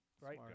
right